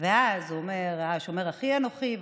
ואז הוא אומר: השומר אחי אנוכי?